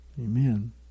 Amen